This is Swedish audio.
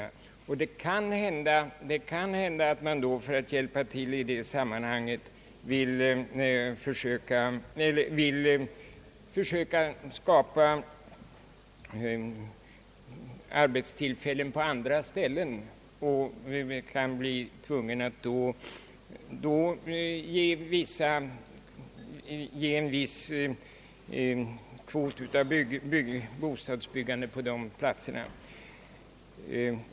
Det kan hända att man då, för att hjälpa till i det sammanhanget, vill försöka skapa arbetstillfällen på andra ställen och därvid kan bli tvungen att ge en viss kvot av bostadsbyggandet till de platserna.